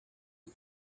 une